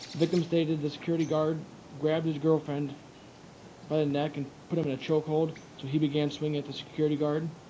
victim stated the security guard grabbed his girlfriend by the neck and put him in a choke hold, so he began swinging at the security guard.